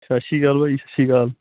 ਸਤਿ ਸ਼੍ਰੀ ਅਕਾਲ ਭਾਅ ਜੀ ਸਤਿ ਸ਼੍ਰੀ ਅਕਾਲ